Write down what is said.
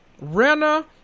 Rena